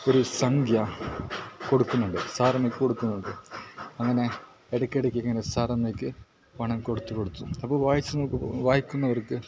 ഒരു സംഖ്യ കൊടുക്കുന്നുണ്ട് സാറമ്മക്ക് കൊടുക്കുന്നുണ്ട് അങ്ങനെ ഇടക്കിടെക്കിങ്ങനെ സാറാമ്മക്ക് പണം കൊടുത്തു കൊടുത്തു അപ്പോൾ വായിച്ച് നോക്കുമ്പോൾ വായിക്കുന്നവർക്ക്